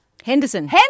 Henderson